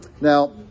Now